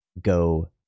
go